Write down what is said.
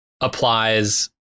applies